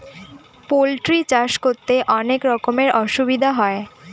poultry চাষ করতে অনেক রকমের অসুবিধা হয়